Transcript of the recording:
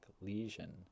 lesion